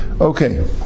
Okay